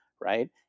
Right